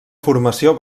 formació